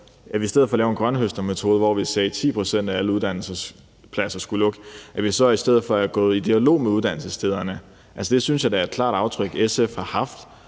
i stedet for at bruge en grønthøstermetode, hvor vi sagde, at 10 pct. af alle uddannelsespladser skulle lukke, er gået i dialog med uddannelsesstederne. Altså, det synes jeg da er et klart aftryk, SF har haft